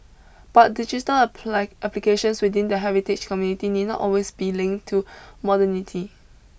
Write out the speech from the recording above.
but digital apply applications within the heritage community need not always be linked to modernity